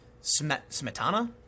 Smetana